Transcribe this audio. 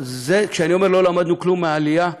כשאני אומר: לא למדנו כלום מהעלייה,